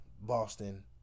Boston